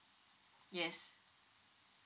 yes